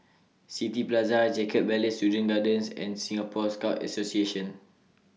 City Plaza Jacob Ballas Children's Gardens and Singapore Scout Association